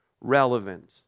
relevant